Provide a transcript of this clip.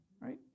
right